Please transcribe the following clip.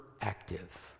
active